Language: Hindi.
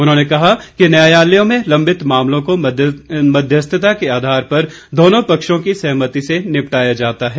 उन्होंने कहा कि न्यायालयों में लंबित मामलों को मध्यस्थता के आधार पर दोनों पक्षों की सहमति से निपटाया जाता है